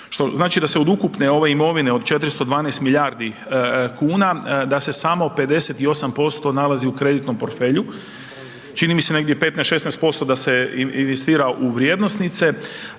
znači da se od ukupne ove imovine od 412 milijardi kuna da se samo 58% nalazi u kreditnom portfelju, čini mi se negdje 15-16% da se investira u vrijednosnice